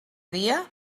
dia